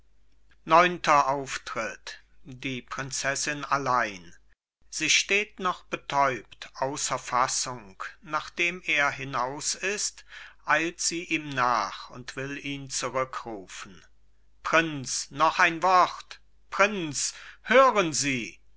neunter auftritt die prinzessin allein sie steht noch betäubt außer fassung nachdem er hinaus ist eilt sie ihm nach und will ihn zurückrufen prinzessin prinz noch ein wort prinz hören sie